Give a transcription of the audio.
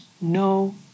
no